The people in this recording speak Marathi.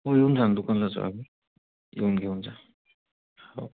हो येऊन जा न दुकानलाच येऊन घेऊन जा हो